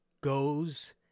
goes